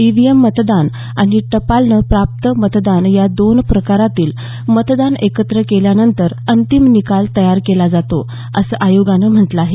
EVM मतदान आणि टपालानं प्राप्त मतदान या दोन प्रकारातील मतदान एकत्र केल्यानंतर अंतिम निकाल तयार केला जातो असं आयोगानं म्हटलं आहे